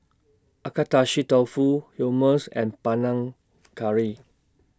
Agedashi Dofu Hummus and Panang Curry